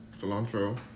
cilantro